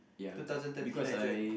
two thousand thirteen I join